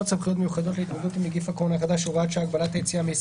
תקנה 5 בתקנות סמכויות מיוחדות להתמודדות עם נגיף